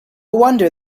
wonder